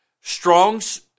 Strong's